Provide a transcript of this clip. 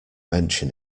mention